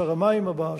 שר המים הבא,